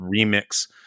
remix